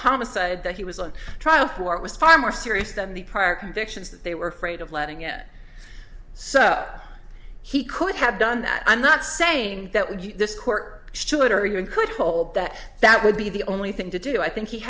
homicide that he was on trial for it was far more serious than the prior convictions that they were afraid of letting it so he could have done that i'm not saying that with this court order you're in could hold that that would be the only thing to do i think he